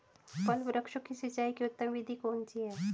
फल वृक्षों की सिंचाई की उत्तम विधि कौन सी है?